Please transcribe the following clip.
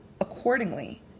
accordingly